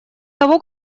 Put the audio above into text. того